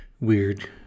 weird